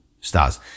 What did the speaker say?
stars